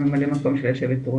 מ"מ היו"ר.